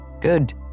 Good